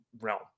realm